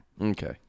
Okay